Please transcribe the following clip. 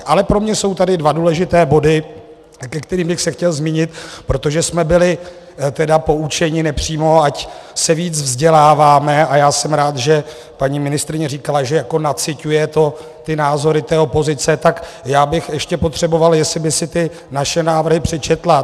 Ale pro mě jsou tady dva důležité body, ke kterým bych se chtěl zmínit, protože jsme byli tedy poučeni nepřímo, ať se víc vzděláváme, a já jsem rád, že paní ministryně říkala, že jako naciťuje ty názory té opozice, tak já bych ještě potřeboval, jestli by si ty naše návrhy přečetla.